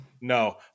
No